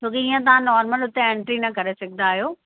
छो कि हींअर तव्हां नॉर्मल हुते एंट्री न करे सघंदा आहियो